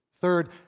Third